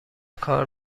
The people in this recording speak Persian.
کار